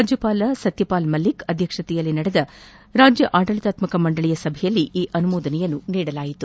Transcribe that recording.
ರಾಜ್ಯಪಾಲ ಸತ್ಯಪಾಲ್ ಮಲ್ಲಿಕ್ ಅಧ್ಯಕ್ಷತೆಯಲ್ಲಿ ನಡೆದ ರಾಜ್ಯ ಆಡಳಿತಾತ್ಮಕ ಮಂಡಳಿ ಸಭೆಯಲ್ಲಿ ಈ ಅನುಮೋದನೆ ನೀಡಲಾಗಿದೆ